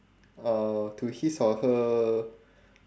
uh to his or her